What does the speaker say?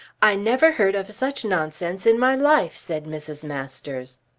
i never heard of such nonsense in my life, said mrs. masters.